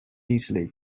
easily